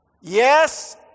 Yes